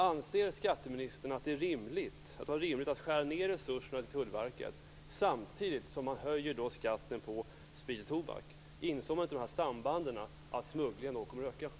Anser skatteministern att det var rimligt att skära ned resurserna till Tullverket samtidigt som man höjer skatten på sprit och tobak? Insåg man inte det här sambandet, att smugglingen då skulle komma att öka?